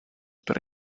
per